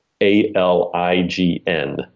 A-L-I-G-N